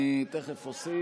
התש"ף 2020,